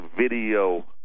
video